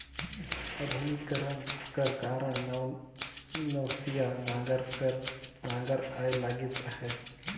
आधुनिकीकरन कर कारन नवनसिया नांगर कस नागर आए लगिस अहे